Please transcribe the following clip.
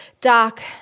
doc